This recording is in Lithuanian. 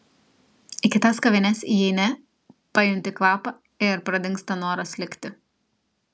į kitas kavines įeini pajunti kvapą ir pradingsta noras likti